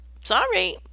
Sorry